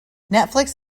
netflix